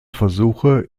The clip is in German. versuche